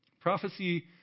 Prophecy